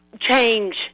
change